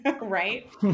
Right